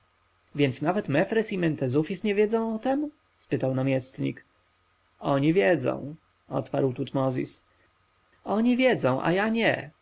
więc nawet mefres i mentezufis nie wiedzą o tem spytał namiestnik oni wiedzą odparł tutmozis oni wiedzą a ja nie